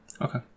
Okay